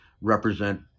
represent